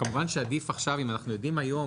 וכמובן שעדיף עכשיו אם אנחנו יודעים היום